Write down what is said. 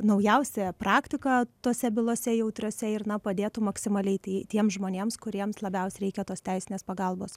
naujausią praktiką tose bylose jautriose ir na padėtų maksimaliai tai tiems žmonėms kuriems labiausiai reikia tos teisinės pagalbos